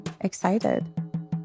excited